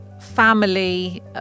family